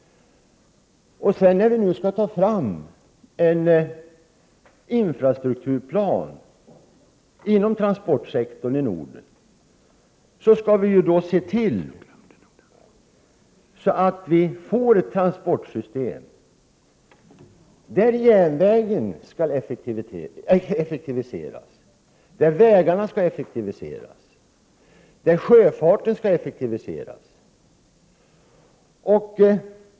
När vi nu skall ta fram en infrastrukturplan inom transportsektorn i Norden, skall vi se till att vi får ett transportsystem där järnvägarna effektiviseras, vägtrafiken och sjöfarten effektiviseras.